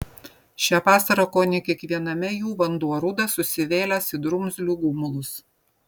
šią vasarą kone kiekviename jų vanduo rudas susivėlęs į drumzlių gumulus